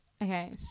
Okay